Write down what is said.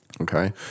Okay